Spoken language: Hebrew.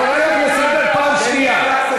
--- אני קורא אותך לסדר פעם שנייה.